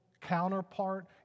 counterpart